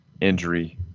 injury